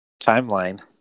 timeline